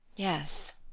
yes,